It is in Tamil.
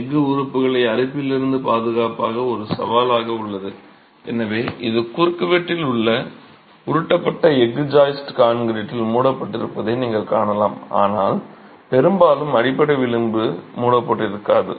எஃகு உறுப்புகளை அரிப்பிலிருந்து பாதுகாப்பது ஒரு சவாலாக உள்ளது எனவே இங்கு குறுக்குவெட்டில் உள்ள உருட்டப்பட்ட எஃகு ஜாய்ஸ்ட் கான்கிரீட்டில் மூடப்பட்டிருப்பதை நீங்கள் காணலாம் ஆனால் பெரும்பாலும் அடிப்படை விளிம்பு மூடப்பட்டிருக்காது